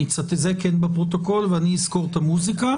זה כן בפרוטוקול ואני אזכור את המוזיקה,